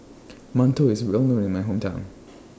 mantou IS Well known in My Hometown